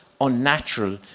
unnatural